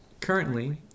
Currently